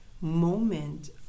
moment